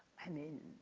i mean,